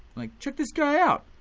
like check this guy out.